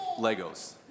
Legos